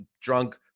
drunk